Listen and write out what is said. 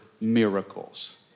miracles